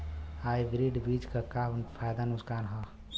Hybrid बीज क का फायदा नुकसान ह?